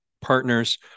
partners